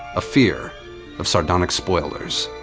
a fear of sardonic spoilers.